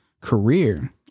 career